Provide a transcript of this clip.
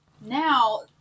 now